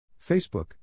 Facebook